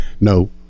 No